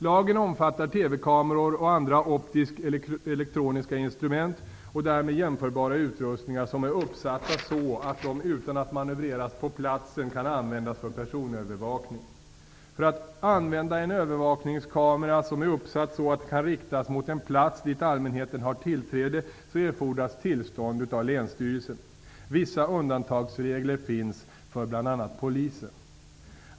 Lagen omfattar TV-kameror och andra optiskelektroniska instrument och därmed jämförbara utrustningar som är uppsatta så att de utan att manövreras på platsen kan användas för personövervakning. För att använda en övervakningskamera som är uppsatt så att den kan riktas mot en plats dit allmänheten har tillträde erfordras tillstånd av länsstyrelsen. Vissa undantagsregler finns för bl.a. Polisen.